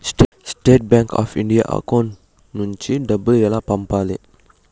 State bank of India account నుంచి డబ్బులు ఎలా పంపాలి?